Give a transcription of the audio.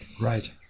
Right